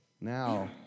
now